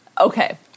Okay